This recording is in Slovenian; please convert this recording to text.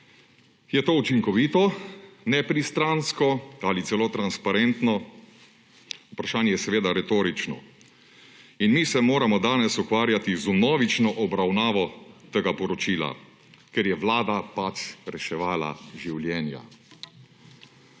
Je to učinkovito, nepristransko ali celo transparentno? Vprašanje je seveda retorično. In mi se moramo danes ukvarjati z vnovično obravnavo tega poročila, ker je Vlada reševala življenja.